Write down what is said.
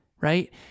right